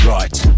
Right